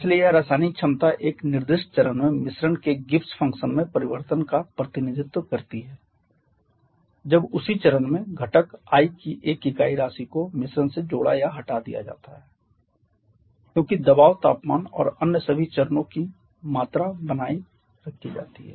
इसलिए यह रासायनिक क्षमता एक निर्दिष्ट चरण में मिश्रण के गिब्स फ़ंक्शन में परिवर्तन का प्रतिनिधित्व करती है जब उसी चरण में घटक i की एक इकाई राशि को मिश्रण से जोड़ा या हटा दिया जाता है क्योंकि दबाव तापमान और अन्य सभी चरणों की मात्रा बनाए रखी जाती है